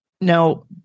Now